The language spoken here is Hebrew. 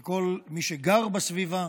של כל מי שגר בסביבה